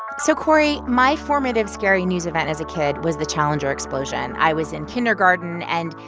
so, cory, my formative scary news event as a kid was the challenger explosion. i was in kindergarten. and,